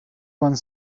one